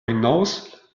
hinaus